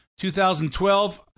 2012